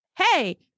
Hey